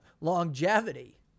longevity